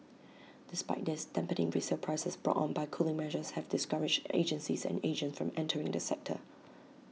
despite this resale prices brought on by cooling measures have discouraged agencies and agents from entering the sector